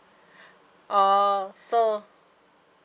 oh so